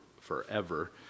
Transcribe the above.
forever